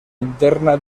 interna